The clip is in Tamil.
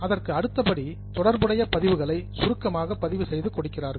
அதற்கு அடுத்தபடி தொடர்புடைய பதிவுகளை சுருக்கமாக பதிவு செய்து கொடுக்கிறார்கள்